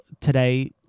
today